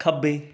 ਖੱਬੇ